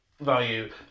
value